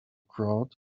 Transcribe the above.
crowd